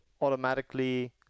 automatically